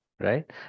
right